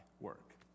work